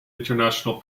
international